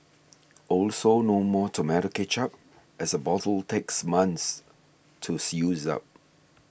also no more tomato ketchup as a bottle takes months to see use up